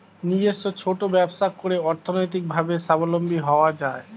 নিজস্ব ছোট ব্যবসা করে অর্থনৈতিকভাবে স্বাবলম্বী হওয়া যায়